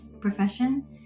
profession